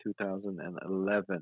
2011